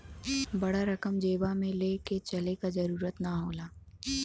बड़ा रकम जेबा मे ले के चले क जरूरत ना होला